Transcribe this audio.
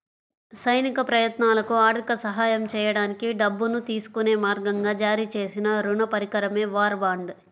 సైనిక ప్రయత్నాలకు ఆర్థిక సహాయం చేయడానికి డబ్బును తీసుకునే మార్గంగా జారీ చేసిన రుణ పరికరమే వార్ బాండ్